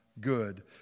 Good